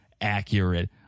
accurate